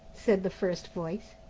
said the first voice.